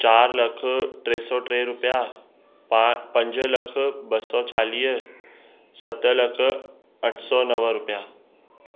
चारि लख टे सौ टे रुपया पा पंज लख ॿ सौ चालीह सत लख अठ सौ नव रुपिया